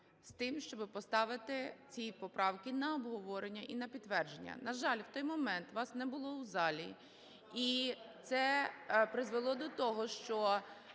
щоб поставити ці поправки на обговорення і на підтвердження. На жаль, в той момент вас не було у залі, і це призвело до того, що